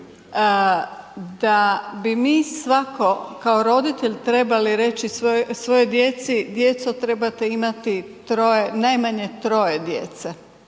da bi svako kao roditelji trebali reći svojoj djeci, djeco trebate najmanje troje djece,